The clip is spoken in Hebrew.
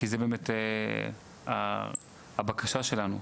כי זה באמת הבקשה שלנו,